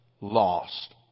lost